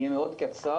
אני אהיה מאוד קצר.